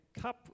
cup